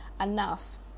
enough